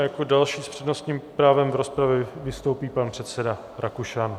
A jako další s přednostním právem v rozpravě vystoupí pan předseda Rakušan.